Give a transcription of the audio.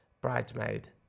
bridesmaid